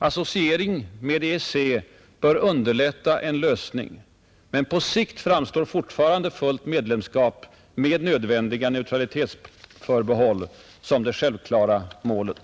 Associering med EEC bör underlätta en lösning, men på sikt framstår fortfarande fullt medlemskap — med nödvändiga neutralitetsförbehåll — som det självklara målet.